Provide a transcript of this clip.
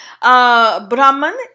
Brahman